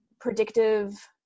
predictive